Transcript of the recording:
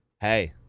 Hey